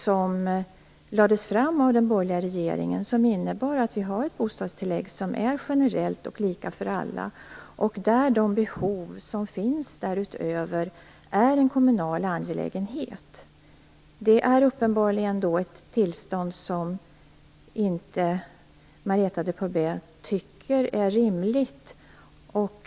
Det presenterades av den borgerliga regeringen och innebär att vi nu har ett generellt bostadstillägg som också är lika för alla. Behoven därutöver är en kommunal angelägenhet. Det tillståndet tycker Marietta de Pourbaix-Lundin tydligen inte är rimligt.